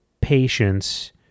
Patience